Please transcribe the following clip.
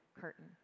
curtain